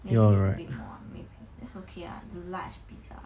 maybe a bit more ah maybe that's okay lah the large pizza